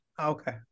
Okay